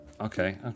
Okay